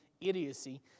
idiocy